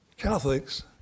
Catholics